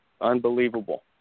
unbelievable